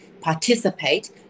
participate